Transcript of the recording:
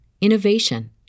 innovation